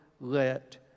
let